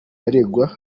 baregwa